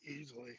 easily